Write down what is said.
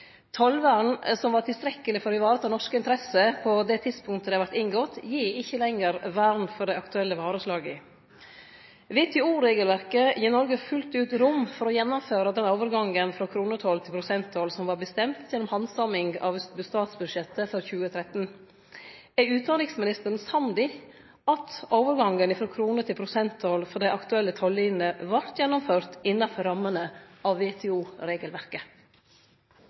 som var tilstrekkeleg for å vareta norske interesser på det tidspunktet det vart inngått, gir ikkje lenger vern for dei aktuelle vareslaga. WTO-regelverket gir Noreg fullt ut rom for å gjennomføre den overgangen frå kronetoll til prosenttoll som vart bestemt gjennom handsaming av statsbudsjettet for 2013. Er utanriksministeren samd i at overgangen frå kronetoll til prosenttoll for dei aktuelle tollinene vart gjennomført innanfor rammene av